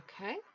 Okay